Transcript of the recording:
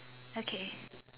okay